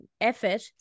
effort